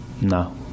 no